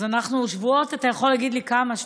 אז שבועות, אתה יכול להגיד לי כמה?